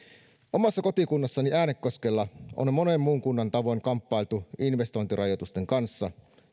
omassa kotikunnassani äänekoskella on monen muun kunnan tavoin kamppailtu investointirajoitusten kanssa